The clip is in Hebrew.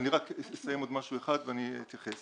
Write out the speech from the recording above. אני אסיים עוד משהו אחד, ואני אתייחס